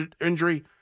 injury